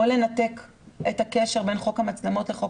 או לנתק את הקשר בין חוק המצלמות לחוק